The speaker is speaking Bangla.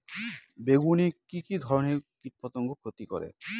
বেগুনে কি কী ধরনের কীটপতঙ্গ ক্ষতি করে?